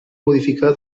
modificar